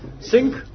Sink